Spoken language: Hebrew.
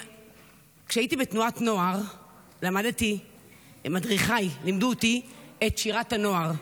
כשהייתי בתנועת הנוער מדריכיי לימדו אותי את "שירת הנוער".